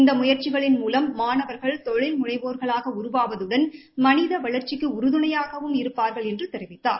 இந்த முயற்சிகளின் மூலம் மாணவர்கள் தொழில்முனைவோர்களாக உருவாவதுடன் மனித வளர்ச்சிக்கு உறுதுணையாகவும் இருப்பார்கள் என்று தெரிவித்தார்